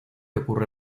ocurre